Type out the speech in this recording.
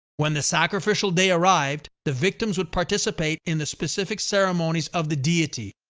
when the sacrificial day arrived, the victims would participate in the specific ceremonies of the deity.